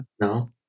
No